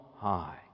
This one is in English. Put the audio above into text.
high